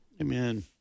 Amen